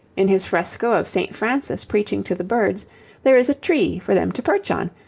in his fresco of st. francis preaching to the birds there is a tree for them to perch on,